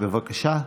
בבקשה.